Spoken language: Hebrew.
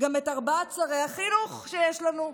גם את ארבעת שרי החינוך שיש לנו: